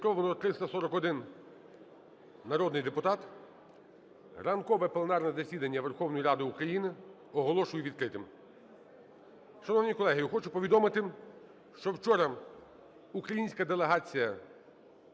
Зареєстровано 341 народний депутат. Ранкове пленарне засідання Верховної Ради України оголошую відкритим. Шановні колеги, я хочу повідомити, що вчора українська делегація